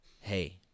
Hey